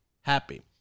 happy